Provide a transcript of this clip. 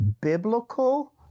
biblical